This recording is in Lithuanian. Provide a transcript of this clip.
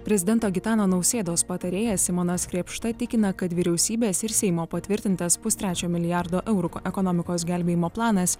prezidento gitano nausėdos patarėjas simonas krėpšta tikina kad vyriausybės ir seimo patvirtintas pustrečio milijardo eurų ekonomikos gelbėjimo planas